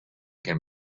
can